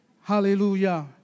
Hallelujah